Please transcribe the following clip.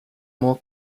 more